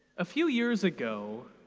a few years ago,